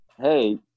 Hey